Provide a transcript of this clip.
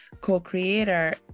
co-creator